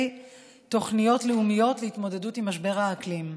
תוכניות לאומיות להתמודדות עם משבר האקלים,